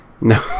No